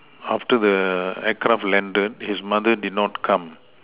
after the aircraft landed his mother did not come